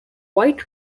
white